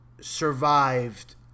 survived